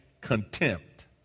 contempt